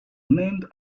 named